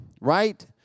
right